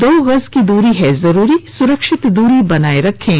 दो गज की दूरी है जरूरी सुरक्षित दूरी बनाए रखें